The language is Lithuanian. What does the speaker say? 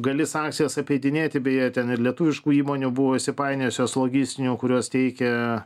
gali sankcijas apeidinėti beje ten ir lietuviškų įmonių buvo įsipainiojusios logistinių kurios teikia